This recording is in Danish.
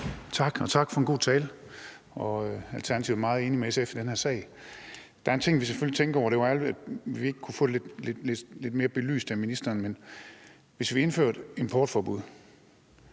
Tak, og tak for en god tale. Alternativet er meget enig med SF i den her sag, men der er selvfølgelig en ting, vi tænker over, og det var ærgerligt, at vi ikke kunne det få det lidt mere belyst af ministeren. Men hvis vi indfører et importforbud